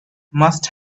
must